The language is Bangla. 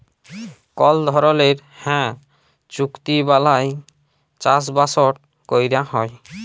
কল ধরলের হাঁ চুক্তি বালায় চাষবাসট ক্যরা হ্যয়